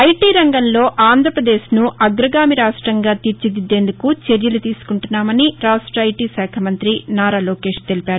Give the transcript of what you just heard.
IT రంగంలో ఆంధ్రపదేశ్ను అగగామి రాష్టంగా తీర్చిదిద్దేందుకు చర్యలు తీసుకుంటున్నామని రాష్ట ఐటీ శాఖ మంత్రి నారా లోకేష్ తెలిపారు